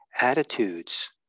attitudes